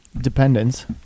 dependence